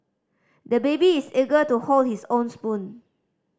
the baby is eager to hold his own spoon